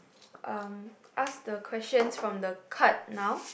um ask the questions from the card now